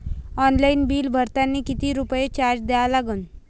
Online bill भरतानी कितीक रुपये चार्ज द्या लागन?